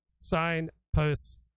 signposts